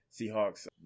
Seahawks